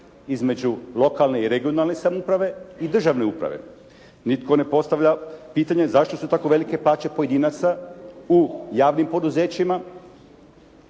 između lokalne i regionalne samouprave i državne uprave. Nitko ne postavlja pitanje zašto su tako velike plaće pojedinaca u javnim poduzećima